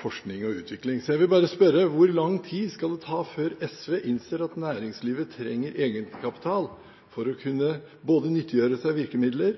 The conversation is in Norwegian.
forskning og utvikling. Så jeg vil bare spørre: Hvor lang tid skal det ta før SV innser at næringslivet trenger egenkapital for å kunne både nyttiggjøre seg virkemidler